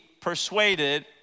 persuaded